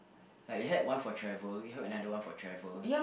like you had one for travel you have another one for travel